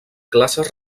classes